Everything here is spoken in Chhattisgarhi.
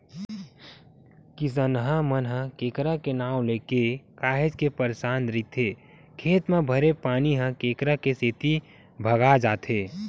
किसनहा मन ह केंकरा के नांव लेके काहेच के परसान रहिथे खेत म भरे पानी ह केंकरा के सेती भगा जाथे